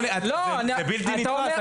זה בלתי נתפס.